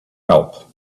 help